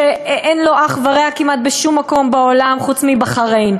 שאין לו אח ורע כמעט בשום מקום בעולם חוץ מבחריין.